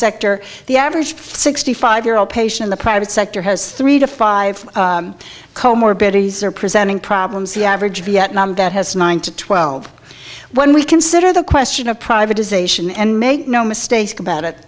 sector the average sixty five year old patient the private sector has three to five co morbidities are presenting problems the average vietnam that has nine to twelve when we consider the question of privatization and make no mistake about it